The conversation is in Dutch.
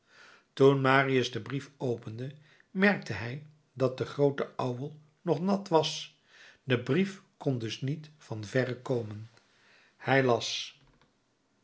toen marius den brief opende merkte hij dat de groote ouwel nog nat was de brief kon dus niet van verre komen hij las